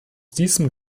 diesem